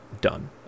done